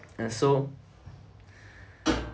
and so